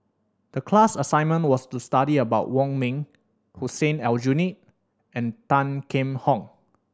the class assignment was to study about Wong Ming Hussein Aljunied and Tan Kheam Hock